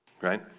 right